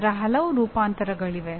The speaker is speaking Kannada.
ಇದರ ಹಲವು ರೂಪಾಂತರಗಳಿವೆ